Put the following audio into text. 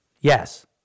Yes